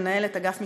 מנהלת אגף משפחה,